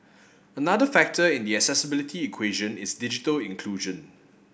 another factor in the accessibility equation is digital inclusion